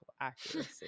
accuracy